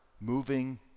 moving